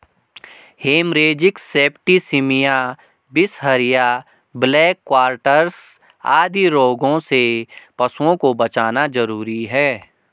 haemorrhagic septicaemia, बिसहरिया, black quarters आदि रोगों से पशुओं को बचाना जरूरी है